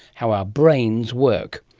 how our brains work.